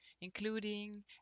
including